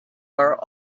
are